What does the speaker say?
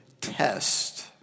test